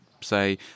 say